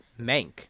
Mank